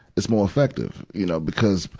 it's more effective, you know, because,